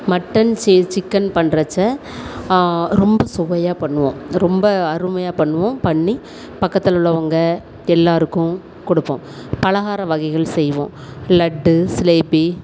mutton செ chicken பண்ணுறச்செ ரொம்ப சுவையாக பண்ணுவோம் ரொம்ப அருமையாக பண்ணுவோம் பண்ணி பக்கத்துலுள்ளவங்க எல்லோருக்கும் கொடுப்போம் பலகார வகைகள் செய்வோம் லட்டு சிலேபி